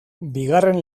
bigarren